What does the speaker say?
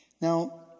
Now